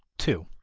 two.